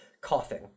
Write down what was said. coughing